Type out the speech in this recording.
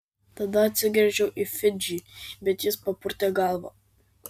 tada atsigręžiau į fidžį bet jis papurtė galvą